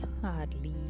hardly